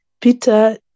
Peter